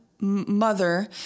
mother